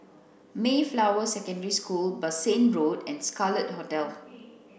Mayflower Secondary School Bassein Road and Scarlet Hotel